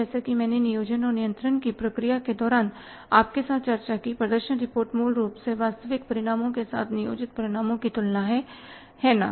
जैसा कि मैंने नियोजन और नियंत्रण की प्रक्रिया के दौरान आपके साथ चर्चा की प्रदर्शन रिपोर्ट मूल रूप से वास्तविक परिणामों के साथ नियोजित परिणामों की तुलना है है ना